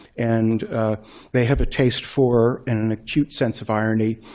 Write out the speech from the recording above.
and they have a taste for an an acute sense of irony.